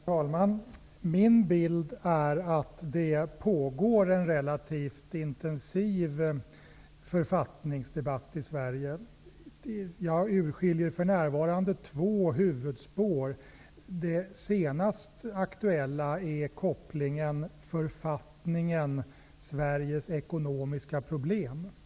Herr talman! Min bild är att det pågår en relativt intensiv författningsdebatt i Sverige. Jag urskiljer för närvarande två huvudspår. Det senast aktuella är kopplingen författningen -- Sveriges ekonomiska problem.